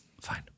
fine